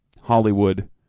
Hollywood